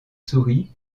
souris